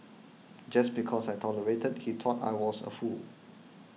just because I tolerated he thought I was a fool